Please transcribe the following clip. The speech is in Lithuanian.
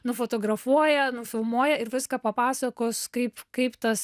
nufotografuoja nufilmuoja ir viską papasakos kaip kaip tas